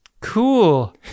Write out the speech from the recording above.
cool